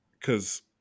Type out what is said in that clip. cause